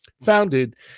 founded